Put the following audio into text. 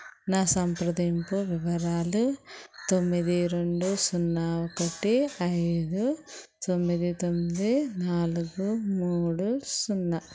నా సంప్రదింపు వివరాలు తొమ్మిది రెండు సున్నా ఒకటి ఐదు తొమ్మిది తొమ్మిది నాలుగు మూడు సున్నా